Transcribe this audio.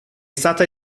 stata